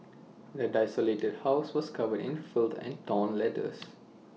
the desolated house was covered in filth and torn letters